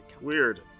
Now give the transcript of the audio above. Weird